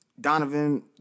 Donovan